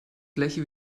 gleiche